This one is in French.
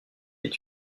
est